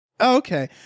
okay